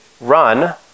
run